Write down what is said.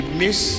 miss